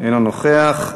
אינו נוכח.